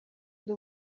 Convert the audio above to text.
ndi